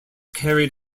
carried